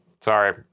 sorry